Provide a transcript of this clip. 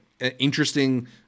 interesting